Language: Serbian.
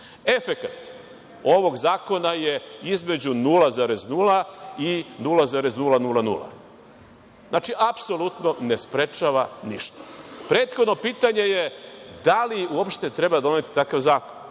Efekat ovog zakona je između 0,0 i 0,000, znači apsolutno ne sprečava ništa. Prethodno pitanje je da li uopšte treba doneti takav zakon,